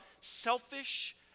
selfish